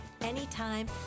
anytime